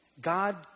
God